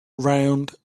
round